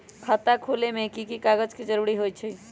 खाता खोले में कि की कागज के जरूरी होई छइ?